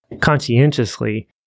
conscientiously